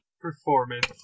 performance